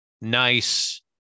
nice